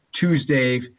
Tuesday